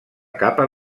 capa